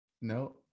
no